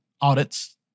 audits